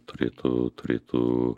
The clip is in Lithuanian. turėtų turėtų